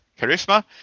Charisma